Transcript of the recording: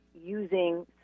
using